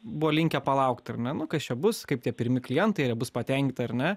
buo linkę palaukt ar ne nu kas čia bus kaip tie pirmi klientai ar jie bus patenkiti ar ne